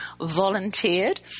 Volunteered